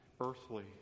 earthly